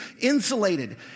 insulated